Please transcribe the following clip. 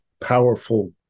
powerful